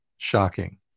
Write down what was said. Shocking